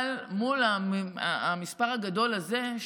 אבל מול המספר הגדול הזה,